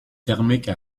thermique